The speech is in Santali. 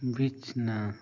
ᱵᱤᱪᱷᱱᱟ